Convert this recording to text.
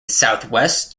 southwest